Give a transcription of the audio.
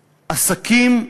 עסקים,